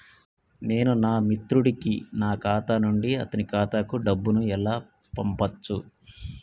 నేను నా మిత్రుడి కి నా ఖాతా నుండి అతని ఖాతా కు డబ్బు ను ఎలా పంపచ్చు?